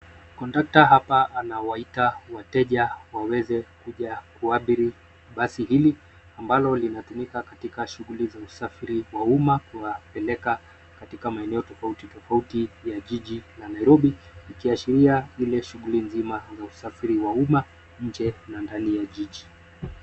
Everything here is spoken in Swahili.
Kondakta hapa anawaita wateja waweze kuja kuabiri basi hili ambali linatumika katika shughuli za usafiri wa umma kuwapeleka katika maeneo tofauti tofauti ya jiji la Nairobi ikiashiria zile shughuli nzima na usafiri wa umma nje na ndani ya jiji.